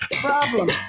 problem